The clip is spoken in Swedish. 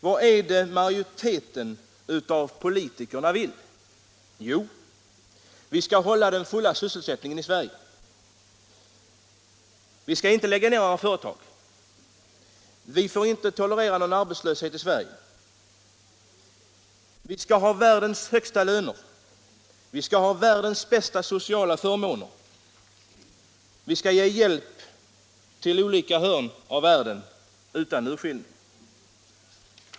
Vad är det majoriteten av politikerna vill? Jo, vi skall hålla full sysselsättning i Sverige. Vi skall inte lägga ned företag. Vi får inte tolerera någon arbetslöshet i Sverige. Vi skall ha världens högsta löner. Vi skall ha världens bästa sociala förmåner. Vi skall utan urskillning ge hjälp åt länder i olika hörn av världen.